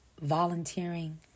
volunteering